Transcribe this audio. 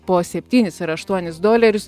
po septynis ar aštuonis dolerius